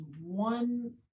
one